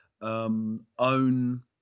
own